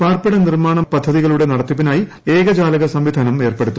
പാർപ്പിട നിർമാണ പദ്ധതികളുടെ നടത്തിപ്പിനായി ഏകജാലക സംവിധാനം ഏർപ്പെടുത്തും